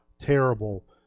terrible